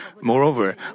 Moreover